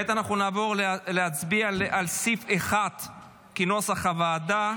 כעת אנחנו נעבור להצביע על סעיף 1 כנוסח הוועדה.